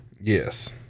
Yes